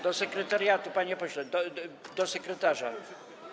Do sekretariatu, panie pośle, do sekretarza.